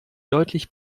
deutlich